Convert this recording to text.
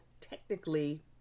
technically